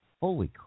Holy